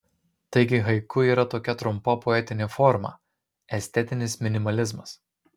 taigi haiku yra tokia trumpa poetinė forma estetinis minimalizmas